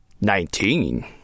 Nineteen